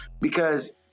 because-